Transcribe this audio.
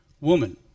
woman